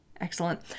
Excellent